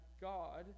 God